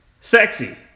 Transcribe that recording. sexy